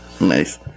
Nice